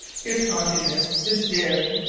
his haughtiness, his daring,